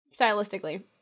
Stylistically